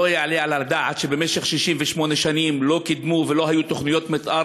לא יעלה על הדעת שבמשך 68 שנים לא קידמו ולא היו תוכניות מתאר,